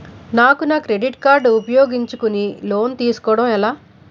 నాకు నా credit card ఉపయోగించుకుని లోన్ తిస్కోడం ఎలా?